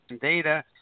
data